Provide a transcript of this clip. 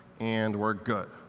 and we're good.